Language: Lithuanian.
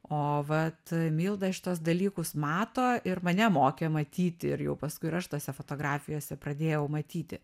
o vat milda šituos dalykus mato ir mane mokė matyti ir jau paskui ir aš tose fotografijose pradėjau matyti